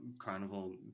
carnival